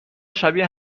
شبیه